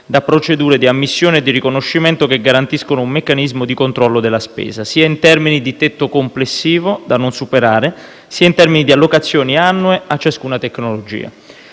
da procedure di ammissione e di riconoscimento che garantiscono un meccanismo di controllo della spesa, sia in termini di tetto complessivo da non superare, sia in termini di allocazioni annue a ciascuna tecnologia.